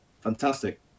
fantastic